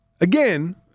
Again